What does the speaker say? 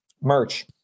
merch